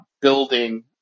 building